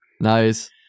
Nice